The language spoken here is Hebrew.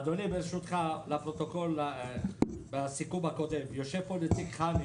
אדוני, בסיכום הקודם, יושב פה נציג חנ"י,